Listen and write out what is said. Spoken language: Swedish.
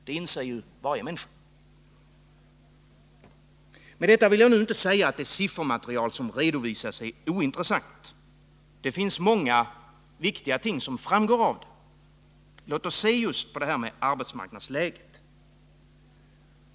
Det inser ju varje människa. Med detta vill jag nu inte säga att det siffermaterial som har redovisats är ointressant. Många viktiga ting framgår av det. Låt oss se på arbetsmarknadsläget.